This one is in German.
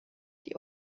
die